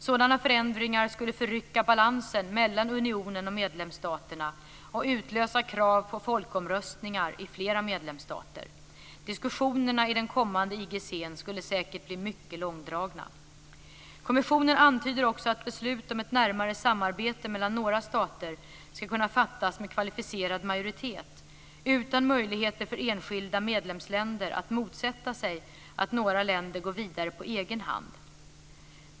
Sådana förändringar skulle förrycka balansen mellan unionen och medlemsstaterna och utlösa krav på folkomröstningar i flera medlemsstater. Diskussionerna i den kommande IGC:n skulle säkert bli mycket långdragna. Kommissionen antyder också att beslut om ett närmare samarbete mellan några stater ska kunna fattas med kvalificerad majoritet utan möjligheter för enskilda medlemsländer att motsätta sig att några länder går vidare på egen hand.